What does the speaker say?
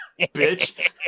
Bitch